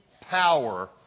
power